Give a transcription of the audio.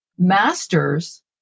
master's